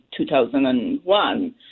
2001